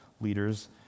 leaders